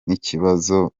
n’ikibazo